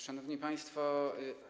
Szanowni Państwo!